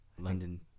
London